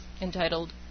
entitled